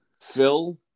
Phil